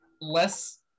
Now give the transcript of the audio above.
less